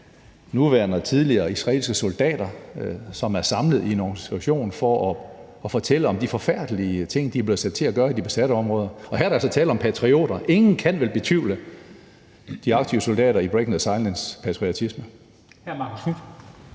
nuværende og tidligere israelske soldater, som er samlet i en organisation for at fortælle om de forfærdelige ting, de er blevet sat til at gøre i de besatte områder. Og her er der altså tale om patrioter, for ingen kan vel betvivle de aktive soldater i Breaking the Silences patriotisme.